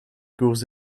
koers